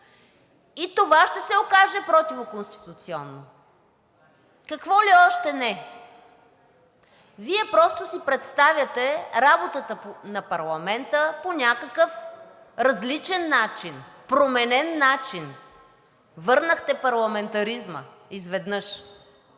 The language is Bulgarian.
и това ще се окаже противоконституционно. Какво ли още не! Вие просто си представяте работата на парламента по някакъв различен начин, променен начин, върнахте парламентаризма изведнъж.